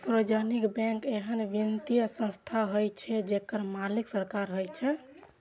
सार्वजनिक बैंक एहन वित्तीय संस्थान होइ छै, जेकर मालिक सरकार होइ छै